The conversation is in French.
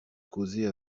causer